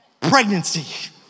pregnancy